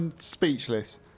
Speechless